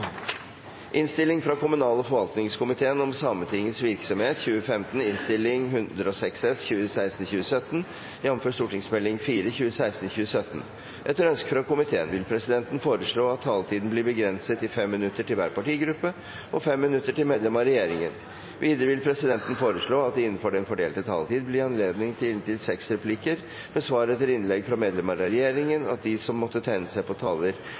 ønske fra kommunal- og forvaltningskomiteen vil presidenten foreslå at taletiden blir begrenset til 5 minutter til hver partigruppe og 5 minutter til medlemmer av regjeringen. Videre vil presidenten foreslå at det – innenfor den fordelte taletid – blir gitt anledning til inntil seks replikker med svar etter innlegg fra medlemmer av regjeringen, og at de som måtte tegne seg på